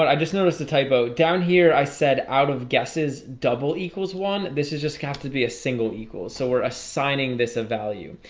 but i just noticed the typo down here. i said out of guesses double equals one this is just have to be a single equals. so we're assigning this of value.